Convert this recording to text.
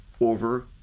over